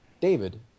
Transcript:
David